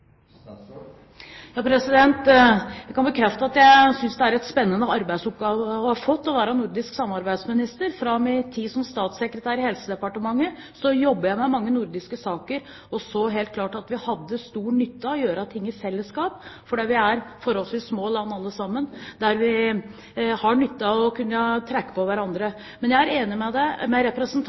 Jeg kan bekrefte at jeg synes det er en spennende arbeidsoppgave å ha fått å være nordisk samarbeidsminister. I min tid som statssekretær i Helsedepartementet jobbet jeg med mange nordiske saker, og jeg så helt klart at vi hadde stor nytte av å gjøre ting i fellesskap, for vi er forholdsvis små land, alle sammen, der vi har nytte av å kunne trekke på hverandre. Men jeg er enig med representanten i at det